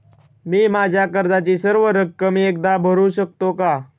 मी माझ्या कर्जाची सर्व रक्कम एकदा भरू शकतो का?